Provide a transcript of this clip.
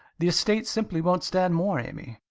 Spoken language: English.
the estate simply won't stand more, amy.